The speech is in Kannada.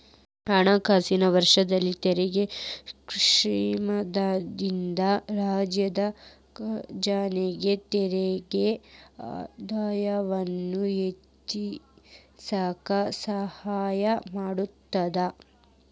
ಹಣಕಾಸಿನ ವರ್ಷದಲ್ಲಿ ತೆರಿಗೆ ಕ್ಷಮಾದಾನದಿಂದ ರಾಜ್ಯದ ಖಜಾನೆಗೆ ತೆರಿಗೆ ಆದಾಯವನ್ನ ಹೆಚ್ಚಿಸಕ ಸಹಾಯ ಮಾಡತದ